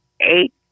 eight